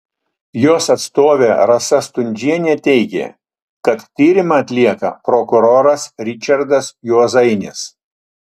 jos atstovė rasa stundžienė teigė kad tyrimą atlieka prokuroras ričardas juozainis